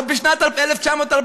עוד בשנת 1948,